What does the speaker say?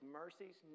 mercies